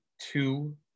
two